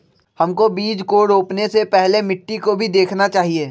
हमको बीज को रोपने से पहले मिट्टी को भी देखना चाहिए?